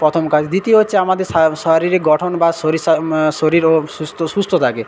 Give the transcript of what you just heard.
প্রথম কাজ দ্বিতীয় হচ্ছে আমাদের শারীরিক গঠন বা শরীর স্বাস্থ্য শরীরও সুস্থ সুস্থ থাকে